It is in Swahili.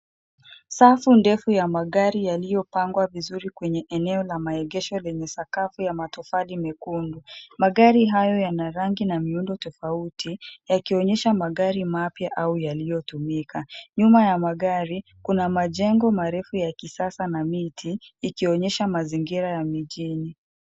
Safu ndefu ya magari yaliyopangwa vizuri kwenye eneo la maegesho lenye sakafu ya matofali mekundu. Magari yana rangi na miundo tofauti, yakionyesha magari mapya au yaliyotumika. Nyuma ya magari, kuna majengo marefu ya kisasa na miti, ikionyesha mazingira ya mijini.